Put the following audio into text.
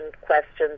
questions